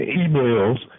emails